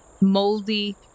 moldy